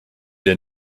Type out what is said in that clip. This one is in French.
est